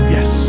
Yes